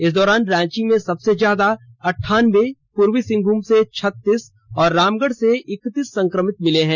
इस दौरान रांची में सबसे ज्यादा अंठान्बे पूर्वी सिंहभूम से छत्तीस और रामगढ़ से इकतीस संक्रमित मिले हैं